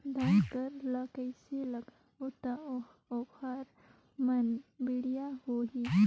धान कर ला कइसे लगाबो ता ओहार मान बेडिया होही?